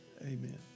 Amen